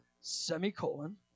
semicolon